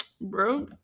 bro